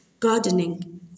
Gardening